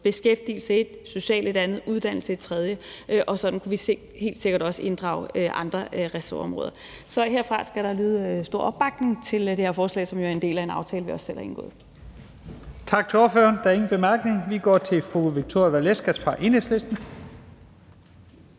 Beskæftigelse er ét, social et andet, uddannelse et tredje, og sådan kunne vi helt sikkert også inddrage andre ressortområder. Så herfra skal der lyde stor opbakning til det her forslag, som jo er en del af en aftale, vi også selv har indgået. Kl. 12:42 Første næstformand (Leif Lahn Jensen): Tak til ordføreren. Der er ingen korte bemærkninger. Vi går til fru Victoria Velasquez fra Enhedslisten.